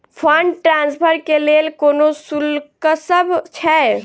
Fund transfer केँ लेल कोनो शुल्कसभ छै?